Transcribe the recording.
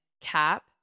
cap